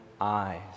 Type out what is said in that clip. eyes